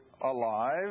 alive